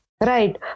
right